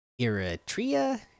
Eritrea